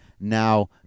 now